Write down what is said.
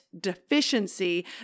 deficiency